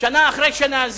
שנה אחרי שנה,